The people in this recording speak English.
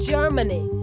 Germany